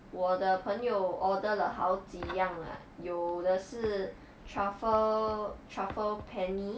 我的朋友 order 了好几样 like 有的是 truffle truffle penne